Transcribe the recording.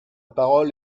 parole